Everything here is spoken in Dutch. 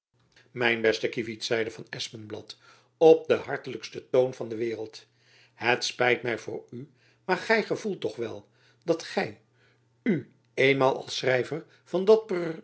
mijn beste kievit zeide van espenblad op den hartelijksten toon van de waereld het spijt my voor u maar gy gevoelt toch wel dat gy u eenmaal als schrijver van dat